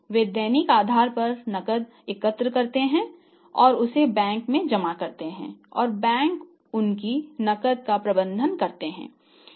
वे दैनिक आधार पर नकदी एकत्र करते हैं और इसे बैंकों में जमा करते हैं और बैंक उनकी नकदी का प्रबंधन करते हैं